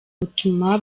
butuma